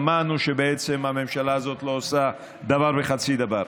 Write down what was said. שמענו שבעצם הממשלה הזאת לא עושה דבר וחצי דבר.